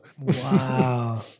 wow